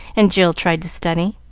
and jill tried to study.